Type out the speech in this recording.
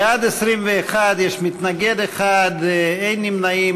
בעד, 21, יש מתנגד אחד, אין נמנעים.